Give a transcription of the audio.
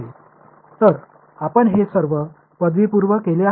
எனவே நாம் அனைவரும் இதை இளங்கலை படிக்கும்போது செய்துள்ளோம்